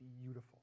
beautiful